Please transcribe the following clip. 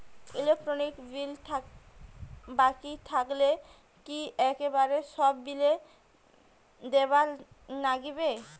Electric bill বাকি থাকিলে কি একেবারে সব বিলে দিবার নাগিবে?